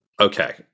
Okay